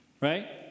Right